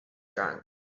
drunk